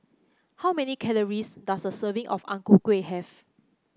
how many calories does a serving of Ang Ku Kueh have